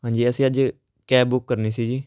ਹਾਂਜੀ ਅਸੀਂ ਅੱਜ ਕੈਬ ਬੁੱਕ ਕਰਨੀ ਸੀ ਜੀ